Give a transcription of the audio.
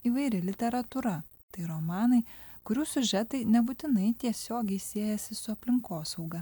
įvairi literatūra tai romanai kurių siužetai nebūtinai tiesiogiai siejasi su aplinkosauga